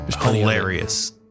Hilarious